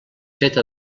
feta